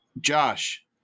Josh